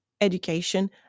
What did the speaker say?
education